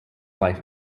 life